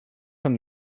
from